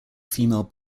female